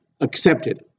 accepted